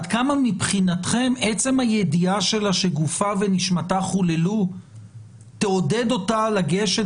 עד כמה מבחינתכם עצם הידיעה שלה שגופה ונשמתה חוללו תעודד אותה לגשת,